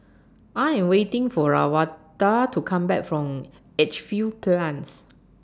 I Am waiting For Lavada to Come Back from Edgefield Plains